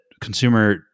consumer